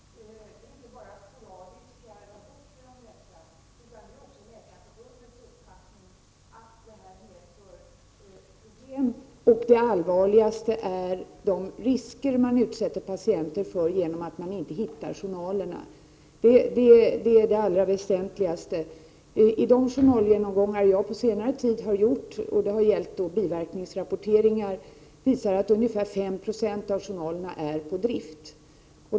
Fru talman! När det gäller problemet med signeringstvånget handlar det inte bara om sporadiska rapporter. Det är nämligen också Läkarförbundets uppfattning att det här medför problem. Det allvarligaste är de risker som man utsätter patienterna för när man inte hittar deras journaler. Det är således det allra väsentligaste. De journalgenomgångar som jag har gjort på senare tid — det har då gällt biverkningsrapporteringar — visar att ungefär 5 9o av journalerna är på drift.